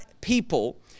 people